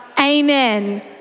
Amen